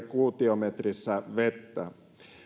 kuutiometrissä vettä